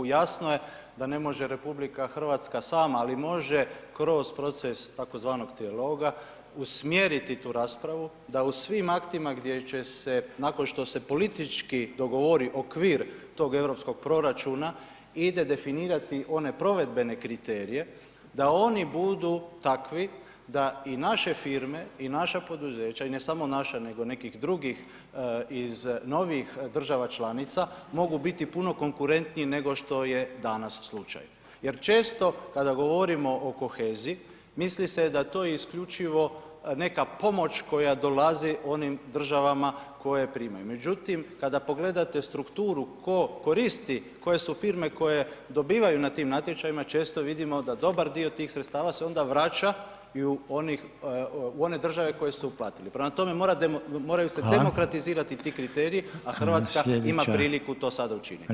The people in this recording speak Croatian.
Jasno je da ne može RH sama, ali može kroz proces tzv. dijaloga usmjeriti tu raspravu da u svim aktima gdje će se nakon što se politički dogovori okvir tog europskog proračuna ide definirati one provedbene kriterije da oni budu takvi da i naše firme i naša poduzeća i ne samo naša nego i nekih drugih iz novih država članica mogu biti puno konkurentniji nego što je danas slučaj jer često kada govorimo o koheziji misli se da je to isključivo neka pomoć koja dolazi onim državama koje primaju, međutim kada pogledate strukturu ko koristi, koje su firme koje dobivaju na tim natječajima često vidimo da dobar dio tih sredstava se onda vraća i u onih, u one države koje su uplatili, prema tome mora, moraju se [[Upadica: Hvala]] demokratizirati ti kriteriji, a RH [[Upadica: Slijedeća…]] ima priliku to sada učiniti.